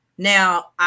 Now